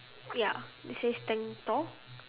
ya it says tank tall